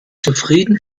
zufrieden